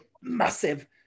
massive